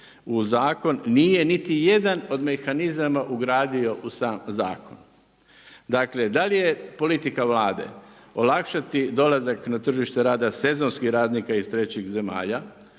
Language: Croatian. u zakon nije niti jedan od mehanizama ugradio u sam zakon. Dakle, da li je politika Vlade olakšati dolazak na tržište rada sezonskih radnika iz trećih zemalja?